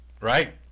right